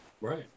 right